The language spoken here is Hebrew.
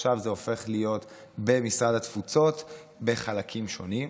עכשיו זה הופך להיות במשרד התפוצות בחלקים שונים.